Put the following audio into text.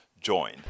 join